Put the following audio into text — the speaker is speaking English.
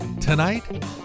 tonight